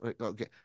Okay